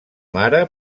mare